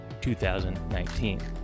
2019